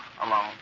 alone